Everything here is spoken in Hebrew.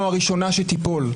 על מה אנחנו יושבים פה 10